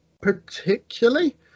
particularly